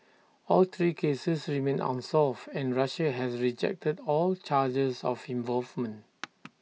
all three cases remain unsolved and Russia has rejected all charges of involvement